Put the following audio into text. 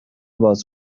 باز